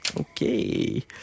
Okay